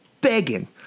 begging